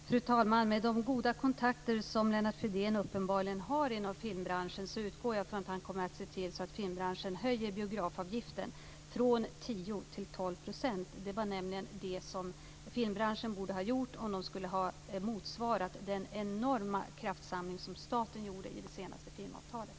Fru talman! Med tanke på de goda kontakter som Lennart Fridén uppenbarligen har inom filmbranschen utgår jag från att han kommer att se till att filmbranschen höjer biografavgiften från 10 % till 12 %. Det är nämligen vad filmbranschen borde ha gjort för att motsvara den enorma kraftsamling som staten gjorde i det senaste filmavtalet.